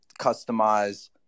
customize